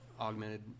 augmented